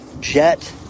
jet